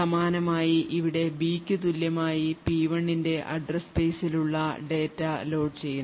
സമാനമായി ഇവിടെ B ക്കു തുല്യമായി P1 ന്റെ address space ൽ ഉള്ള ഡാറ്റ ലോഡുചെയ്യുന്നു